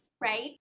right